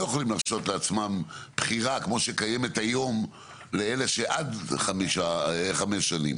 יכולי להרשות לעצמם בחירה כמו שקיימת היום לאלה שעד חמש שנים,